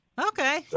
Okay